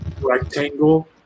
rectangle